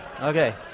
Okay